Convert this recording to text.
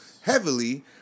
heavily